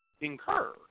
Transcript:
incur